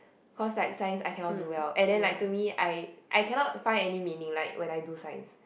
cause like science I cannot do well and then like to me I I cannot find any meaning like when I do Science